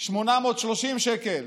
830 שקל.